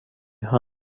ha